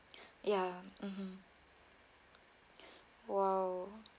ya mmhmm !wow!